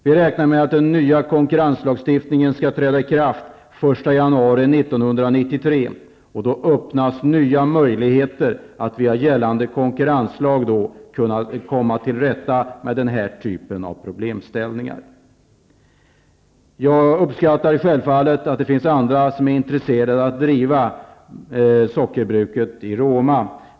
Vi räknar med att den nya konkurrenslagstiftningen skall träda i kraft den 1 januari 1993. Då öppnas nya möjligheter att via gällande konkurrenslag komma till rätta med den här typen av problemställningar. Jag uppskattar självfallet att det finns andra som är intresserade av att driva sockerbruket i Roma.